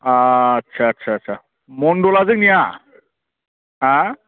आथसा आथसा आथसा मण्डलआ जोंनि आह